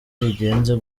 bigenze